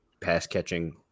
pass-catching –